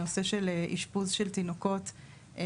על נושא של אשפוז של תינוקות בבדידות.